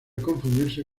confundirse